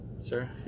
Sir